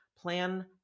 plan